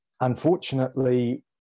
unfortunately